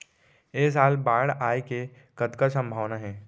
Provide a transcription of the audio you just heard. ऐ साल बाढ़ आय के कतका संभावना हे?